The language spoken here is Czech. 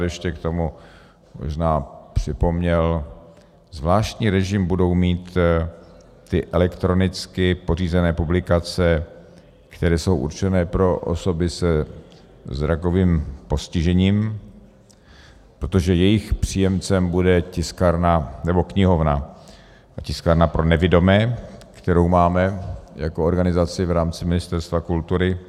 Ještě bych rád k tomu možná připomněl, zvláštní režim budou mít ty elektronicky pořízené publikace, které jsou určené pro osoby se zrakovým postižením, protože jejich příjemcem bude tiskárna, nebo knihovna a tiskárna pro nevidomé, kterou máme jako organizaci v rámci Ministerstva kultury.